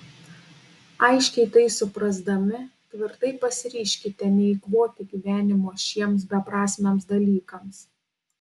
aiškiai tai suprasdami tvirtai pasiryžkite neeikvoti gyvenimo šiems beprasmiams dalykams